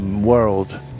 world